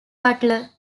butler